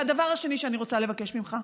והדבר השני שאני רוצה לבקש ממך,